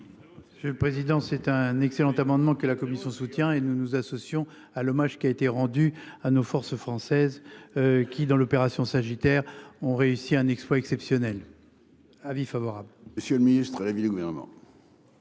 J'ai le président c'est un excellent amendement que la commission soutient et nous nous associons à l'hommage qui a été rendu à nos forces françaises. Qui dans l'opération sagittaire ont réussi un exploit exceptionnel. Avis favorable, Monsieur le Ministre, l'avis du gouvernement.